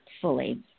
fully